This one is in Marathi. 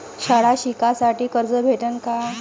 शाळा शिकासाठी कर्ज भेटन का?